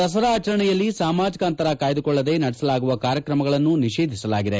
ದಸರಾ ಆಚರಣೆಯಲ್ಲಿ ಸಾಮಾಜಿಕ ಅಂತರ ಕಾಯ್ದುಕೊಳ್ಳದೆ ನಡೆಸಲಾಗುವ ಕಾರ್ಯಕ್ರಮಗಳನ್ನು ನಿಷೇಧಿಸಲಾಗಿದೆ